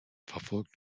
verfolgt